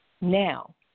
Now